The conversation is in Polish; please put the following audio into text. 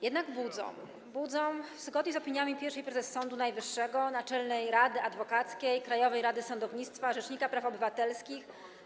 Jednak budzą - budzą zgodnie z opiniami pierwszej prezes Sądu Najwyższego, Naczelnej Rady Adwokackiej, Krajowej Rady Sądownictwa, rzecznika praw obywatelskich.